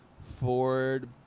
Ford